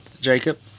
jacob